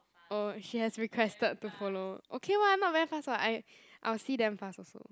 oh she has requested to follow okay [what] not very fast [what] I I will see damn fast also